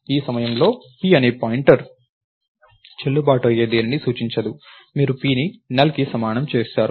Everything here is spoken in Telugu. ఈ సమయంలో p p అనే పాయింటర్ చెల్లుబాటు అయ్యే దేనినీ సూచించదు మీరు p ని NULLకి సమానం చేస్తారు